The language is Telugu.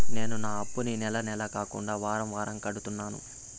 నేను నా అప్పుని నెల నెల కాకుండా వారం వారం కడుతున్నాను